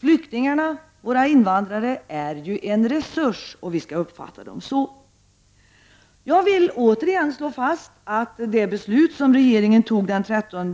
Flyktingarna, våra invandrare, är ju en resurs och vi skall också uppfatta dem så. Jag vill återigen slå fast att det beslut som regeringen fattade den 13